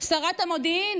שרת מודיעין,